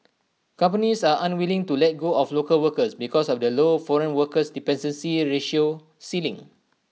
companies are unwilling to let go of local workers because of the low foreign workers dependency ratio ceiling